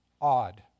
odd